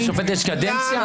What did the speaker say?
לשופט יש קדנציה?